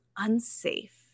unsafe